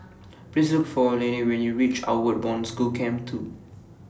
Please Look For Lennie when YOU REACH Outward Bound School Camp two